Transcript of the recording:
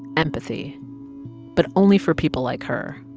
empathy but only for people like her.